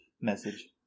message